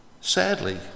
Sadly